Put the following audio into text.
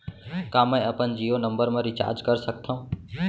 का मैं अपन जीयो नंबर म रिचार्ज कर सकथव?